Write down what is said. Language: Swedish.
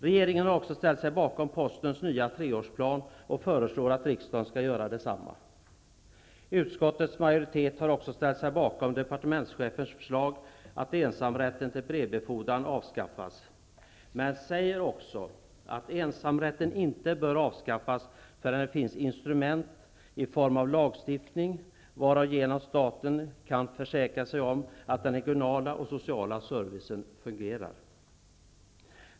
Regeringen har också ställt sig bakom postens nya treårsplan och föreslår att riksdagen skall göra detsamma. Utskottets majoritet har också ställt sig bakom departementschefens förslag att ensamrätten till brevbefordran avskaffas, men säger också att ensamrätten inte bör avskaffas förrän det finns instrument i form av lagstiftning varigenom staten kan försäkra sig om att den regionala och sociala servicen fungerar.